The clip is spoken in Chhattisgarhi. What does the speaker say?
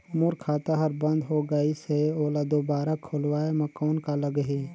मोर खाता हर बंद हो गाईस है ओला दुबारा खोलवाय म कौन का लगही?